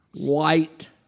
White